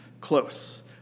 close